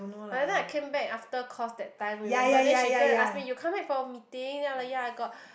like that time I came back after course that time remember then she go and ask me you come back for a meeting then I'm like ya I got